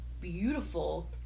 beautiful